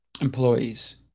employees